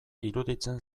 iruditzen